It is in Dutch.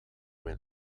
mijn